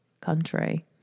country